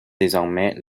désormais